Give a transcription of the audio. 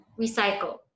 recycle